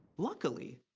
luckily,